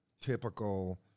typical